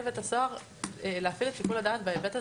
בית הסוהר להפעיל את שיקול הדעת בהיבט הזה.